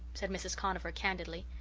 said mrs. conover candidly.